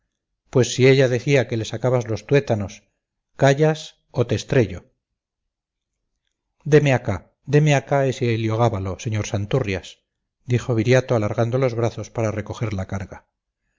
pues si ella decía que le sacabas los tuétanos callas o te estrello deme acá deme acá ese heliogábalo señor santurrias dijo viriato alargando los brazos para recoger la carga